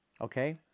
Okay